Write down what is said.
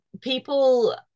people